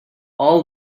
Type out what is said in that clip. all